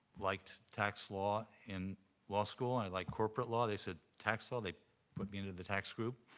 liked tax law in law school and i like corporate law. they said, tax law? they put me into the tax group.